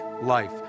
life